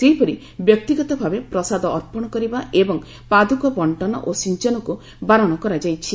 ସେହିପରି ବ୍ୟକ୍ତିଗତ ଭାବେ ପ୍ରସାଦ ଅର୍ପଣ କରିବା ଏବଂ ପାଦୁକ ବଣ୍ଟନ ଓ ସିଞ୍ଚନକୁ ବାରଣ କରାଯାଇଛି